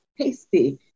tasty